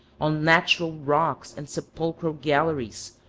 on natural rocks and sepulchral galleries,